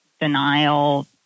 denial